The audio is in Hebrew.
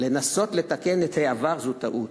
"לנסות לתקן את העבר זו טעות.